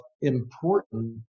important